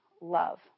love